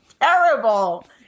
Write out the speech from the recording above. terrible